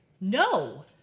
no